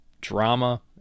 drama